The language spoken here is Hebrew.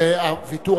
זה לא שלום.